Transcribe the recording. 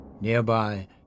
Nearby